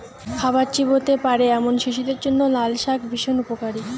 খাবার চিবোতে পারে এমন শিশুদের জন্য লালশাক ভীষণ উপকারী